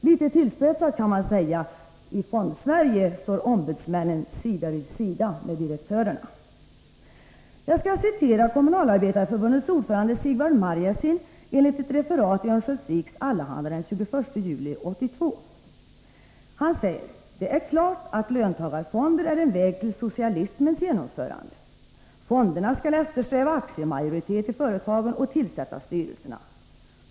Litet tillspetsat kan man säga: I Fondsverige står ombudsmännen sida vid sida med direktörerna! Kommunalarbetareförbundets ordförande Sigvard Marjasin sade, enligt ett referat i Örnsköldsviks Allehanda den 21 juli 1982: ”Det är klart att löntagarfonder är en väg till socialismens genomförande. Fonderna skall eftersträva aktiemajoritet i företagen och tillsätta styrelserna.